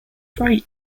freight